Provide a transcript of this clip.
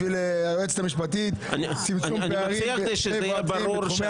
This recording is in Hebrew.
בשביל היועצת המשפטית --- כדי שזה יהיה ברור אני